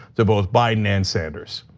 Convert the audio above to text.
to both biden and sanders.